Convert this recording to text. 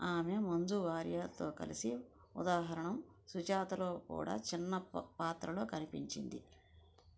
ఆమె మంజు వారియర్తో కలిసి ఉదాహరణం సుజాతలో కూడా చిన్న పాత్రలో కనిపించింది